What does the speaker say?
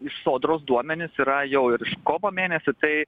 iš sodros duomenys yra jau ir už kovo mėnesį tai